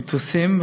ומיתוסים,